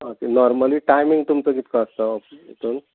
okay normally timing तुमचो कितलो आसता हातून